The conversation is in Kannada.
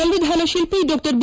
ಸಂವಿಧಾನಶಿಲ್ಪಿ ಡಾ ಬಿ